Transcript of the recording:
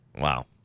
Wow